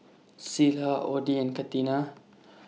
Cilla Odie and Catina